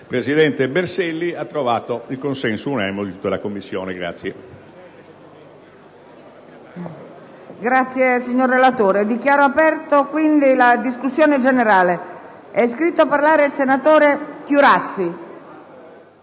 presidente Berselli ha trovato il consenso unanime di tutta la Commissione.